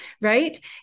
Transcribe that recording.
Right